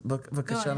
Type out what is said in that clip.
אז בבקשה,